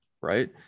Right